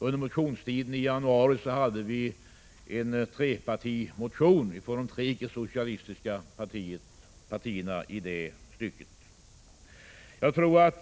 Under motionstiden i januari väckte vi en trepartimotion från de icke-socialistiska partierna i det stycket.